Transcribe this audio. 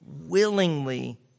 willingly